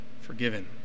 forgiven